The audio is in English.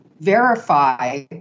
verify